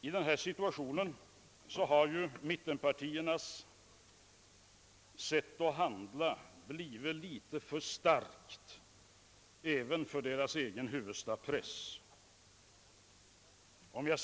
I denna situation har mittenpartiernas sätt att handla blivit litet väl starkt även för deras egen huvudstadspress.